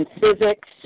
physics